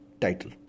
title